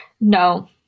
no